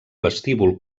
vestíbul